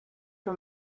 for